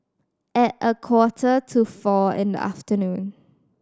at a quarter to four in the afternoon